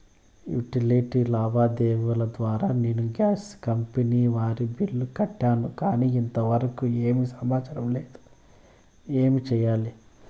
Utility లావాదేవీల ద్వారా నేను గ్యాస్ కంపెని వారి బిల్లు కట్టాను కానీ ఇంతవరకు ఏమి సమాచారం లేదు, ఏమి సెయ్యాలి?